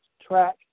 Track